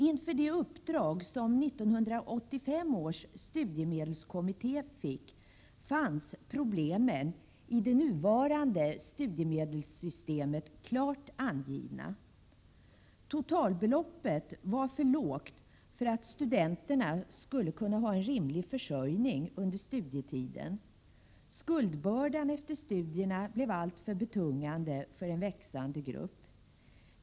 Inför det uppdrag som 1985 års studiemedelskommitté fick var problemen i det nuvarande studiemedelssystemet klart angivna. Totalbeloppet var för lågt för att studenterna skulle kunna ha en rimlig försörjning under studietiden. Skuldbördan efter studierna blev alltför betungande för en växande grupp.